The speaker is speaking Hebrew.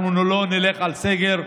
אנחנו לא נלך על סגר,